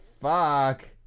Fuck